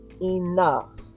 enough